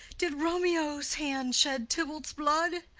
did romeo's hand shed tybalt's blood?